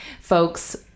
folks